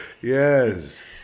Yes